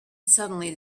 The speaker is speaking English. suddenly